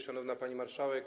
Szanowna Pani Marszałek!